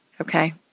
okay